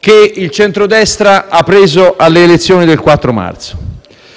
che il centrodestra ha preso alle elezioni del 4 marzo.